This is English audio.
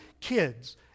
kids